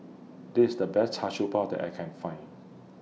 This IS The Best Char Siew Bao that I Can Find